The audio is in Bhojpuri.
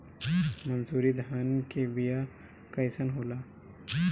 मनसुरी धान के बिया कईसन होला?